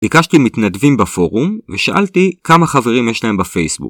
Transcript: ביקשתי מתנדבים בפורום ושאלתי כמה חברים יש להם בפייסבוק.